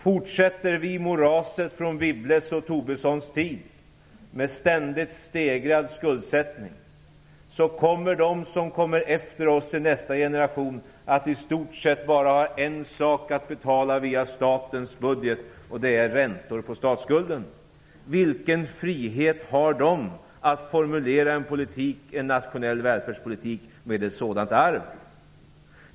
Fortsätter vi moraset från Wibbles och Tobissons tid med ständigt stegrad skuldsättning, kommer de som kommer efter oss i nästa generation att i stort sett bara ha en sak att betala via statens budget, nämligen räntor på statsskulden. Vilken frihet har de att formulera en nationell välfärdspolitik med ett sådant arv?